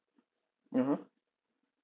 (uh huh)